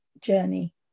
journey